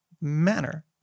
manner